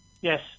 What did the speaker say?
Yes